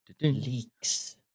Leaks